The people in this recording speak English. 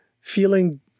feeling